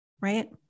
right